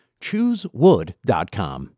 Choosewood.com